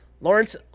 Lawrence